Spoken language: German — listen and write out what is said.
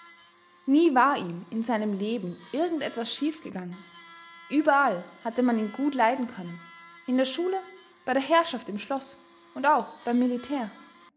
nie war ihm in seinem leben irgend etwas schief gegangen überall hatte man ihn gut leiden können in der schule bei der herrschaft im schloß und auch beim militär